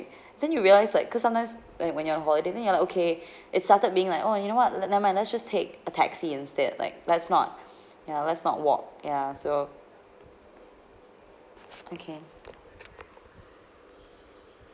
then you realise like cause sometimes like when you're on holiday then you're like okay it started being like oh you know what never mind let's just take a taxi instead like let's not ya let's not walk ya so okay